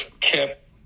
kept